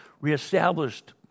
reestablished